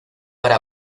para